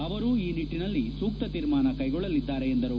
ಅವರು ಈ ನಿಟ್ಟನಲ್ಲಿ ಸೂಕ್ತ ತೀರ್ಮಾನ ತೆಗೆದುಕೊಳ್ಳಲಿದ್ದಾರೆ ಎಂದರು